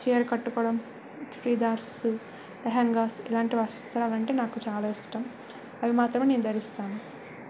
చీర కట్టుకోవడం చుడీదార్స్ లెహంగాస్ ఇలాంటి వస్త్రాలంటే నాకు చాలా ఇష్టం అవి మాత్రమే నేను ధరిస్తాను